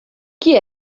chi